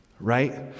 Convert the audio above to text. right